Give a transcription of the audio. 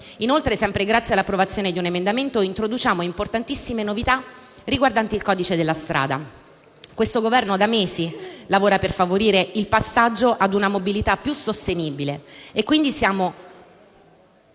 Inoltre, sempre grazie all'approvazione di un emendamento, introduciamo importantissime novità riguardanti il codice della strada. Questo Governo da mesi lavora per favorire il passaggio ad una mobilità più sostenibile e quindi siamo